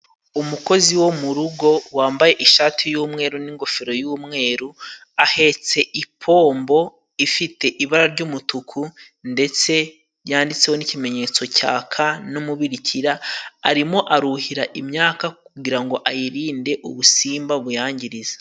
Umukozi wo mu rugo wambaye ishati y'umweru n'ingofero y'umweru, ahetse ipombo ifite ibara ry'umutuku, ndetse yanditseho n'ikimenyetso cyaka n'umubirikira, arimo aruhira imyaka kugira ngo ayirinde ubusimba buyangiriza.